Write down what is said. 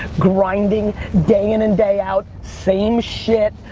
grinding, day-in-and-day-out, same shit,